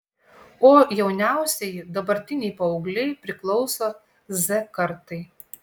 o jauniausieji dabartiniai paaugliai priklauso z kartai